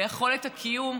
ביכולת הקיום,